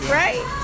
right